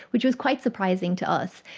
which was quite surprising to us,